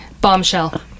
Bombshell